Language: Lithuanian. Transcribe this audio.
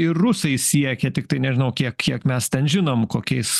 ir rusai siekė tiktai nežinau kiek kiek mes ten žinom kokiais